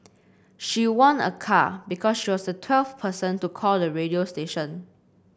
she won a car because she was the twelfth person to call the radio station